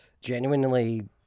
genuinely